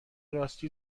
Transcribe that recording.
راستی